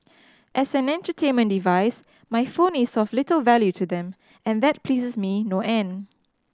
as an entertainment device my phone is of little value to them and that pleases me no end